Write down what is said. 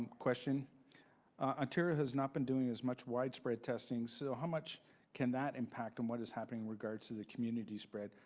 question ontario has not been doing as much widespread testing. so how much can that impact on what is happening in regard to the community spread?